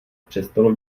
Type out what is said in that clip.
přestal